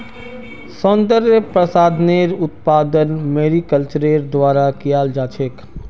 सौन्दर्य प्रसाधनेर उत्पादन मैरीकल्चरेर द्वारा कियाल जा छेक